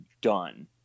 done